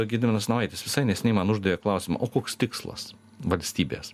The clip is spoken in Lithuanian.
gediminas navaitis visai neseniai man uždavė klausimą o koks tikslas valstybės